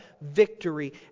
victory